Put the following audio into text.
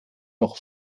noch